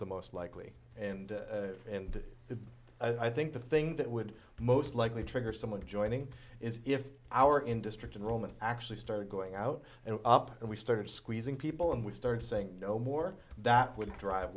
the most likely and and the i think the thing that would most likely trigger someone joining is if our in district and roman actually started going out and up and we started squeezing people and we started saying no more that w